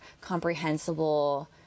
comprehensible